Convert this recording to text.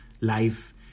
life